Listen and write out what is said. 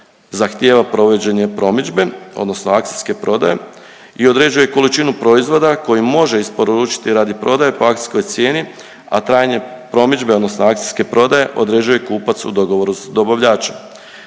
zahtjeva provođenje promidžbe odnosno akcijske prodaje i određuje količinu proizvoda koji može isporučiti radi prodaje po akcijskoj cijeni, a trajanje promidžbe odnosno akcijske prodaje određuje kupac u dogovoru s dobavljačem.